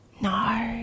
No